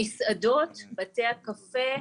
המסעדות, בתי הקפה,